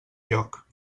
lloc